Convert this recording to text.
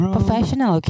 Professional